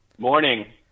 morning